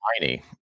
tiny